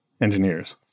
engineers